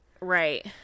Right